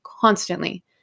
constantly